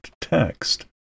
text